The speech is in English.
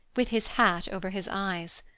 with his hat over his eyes.